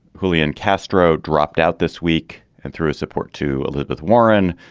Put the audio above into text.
julian castro dropped out this week and threw support to elizabeth warren.